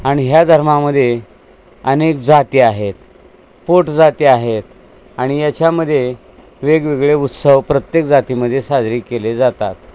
आणि ह्या धर्मामध्ये अनेक जाती आहेत पोटजाती आहेत आणि याच्यामध्ये वेगवेगळे उत्सव प्रत्येक जातीमध्ये साजरी केले जातात